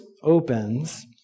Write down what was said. opens